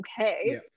okay